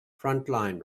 frontline